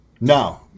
No